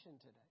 today